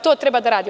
To treba da radimo.